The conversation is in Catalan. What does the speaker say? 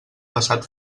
passat